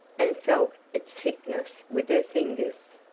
and felt its thickness with her fingers.